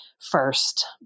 First